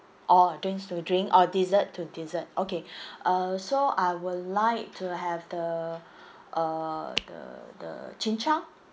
orh drinks to drink or dessert to dessert okay uh so I will like to have the uh the the chin chow